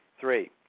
Three